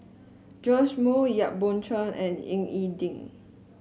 Joash Moo Yap Boon Chuan and Ying E Ding